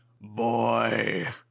Boy